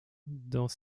dans